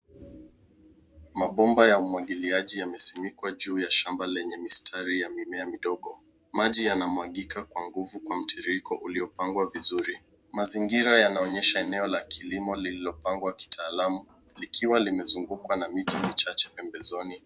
Mabomba ya umwagiliaji yamesinikwa juu ya shamba lenye mistari ya mimea midogo. Maji yanamwagika kwa nguvu kwa mtiririko uliopangwa vizuri. Mazingira yanaonyesha eneo la kilimo lililopangwa kitaalamu likiwa limezungukwa na miti michache pembezoni.